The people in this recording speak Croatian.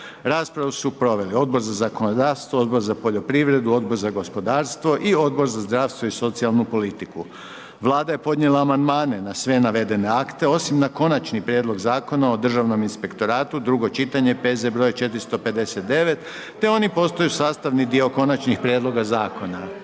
Raspravu su proveli Odbor za zakonodavstvo, Odbor za poljoprivredu, Odbor za gospodarstvo i Odbor za zdravstvo i socijalnu politiku. Vlada je podnijela amandmane na sve navedene akte, osim na Konačni prijedlog Zakona o državnom inspektoratu, II. čitanje, PZ broj 459., te oni postaju sastavni dio Konačnih prijedloga Zakona.